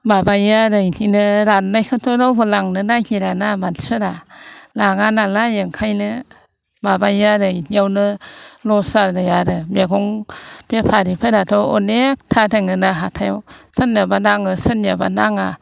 माबायो आरो बिदिनो राननायखौथ' रावबो लांनो नागिराना मानसिफोरा लाङा नालाय ओंखायनो माबायो आरो बिदियावनो लस जायो आरो मैगं बेफारिफोराथ' अनेकथा दङ ना हाथायाव सोरनियाबा नाङो सोरनियाबा नाङा